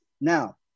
Now